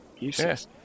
Yes